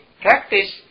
practice